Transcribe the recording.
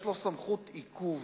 יש לו סמכות עיכוב.